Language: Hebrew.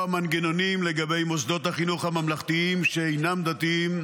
מנגנונים לגבי מוסדות החינוך הממלכתיים שאינם דתיים,